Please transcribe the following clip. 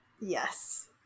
Yes